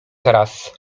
teraz